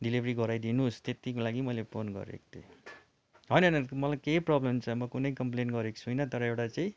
delivery गराइदिनुस् त्यतिको लागि मैले फोन गरेको थिएँ होइन होइन मलाई केही प्रोब्लम छैन म कुनै कम्प्लेन गरेको छुइनँ तर एउटा चाहिँ